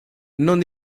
non